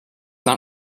not